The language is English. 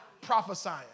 prophesying